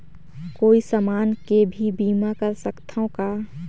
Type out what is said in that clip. कोई समान के भी बीमा कर सकथव का?